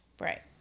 Right